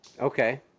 Okay